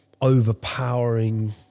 overpowering